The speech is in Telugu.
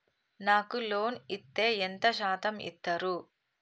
నాకు లోన్ ఇత్తే ఎంత శాతం ఇత్తరు?